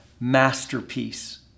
masterpiece